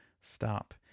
stop